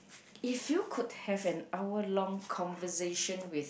if you could have an hour long conversation with